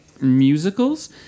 musicals